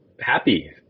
happy